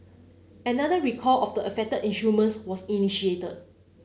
another recall of the affected instruments was initiated